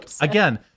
again